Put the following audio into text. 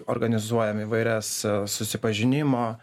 organizuojam įvairias susipažinimo